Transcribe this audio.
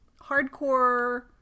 hardcore